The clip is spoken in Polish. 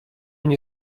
nie